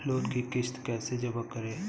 Loan की किश्त कैसे जमा करें?